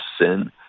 sin